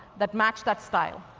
that match that style.